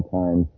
time